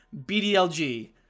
BDLG